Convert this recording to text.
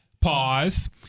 pause